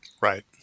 right